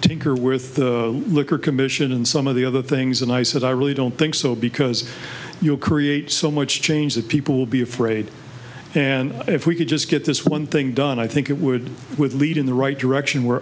tinker with the liquor commission and some of the other things and i said i really don't think so because you create so much change that people will be afraid and if we could just get this one thing done i think it would with lead in the right direction where